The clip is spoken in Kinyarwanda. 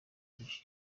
byinshi